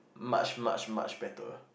much much much better